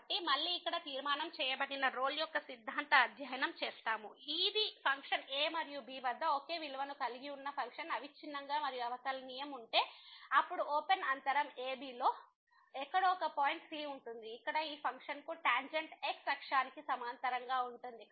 కాబట్టి మళ్ళీ ఇక్కడ తీర్మానం చేయబడిన రోల్ యొక్క సిద్ధాంతాన్ని అధ్యయనం చేసాము ఇది ఫంక్షన్ a మరియు b వద్ద ఒకే విలువను కలిగి ఉన్న ఫంక్షన్ అవిచ్ఛిన్నంగా మరియు అవకలనియమం ఉంటే అప్పుడు ఓపెన్ అంతరం a b లో ఎక్కడో ఒక పాయింట్ c ఉంటుంది ఇక్కడ ఈ ఫంక్షన్కు టాంజెంట్ x అక్షానికి సమాంతరంగా ఉంటుంది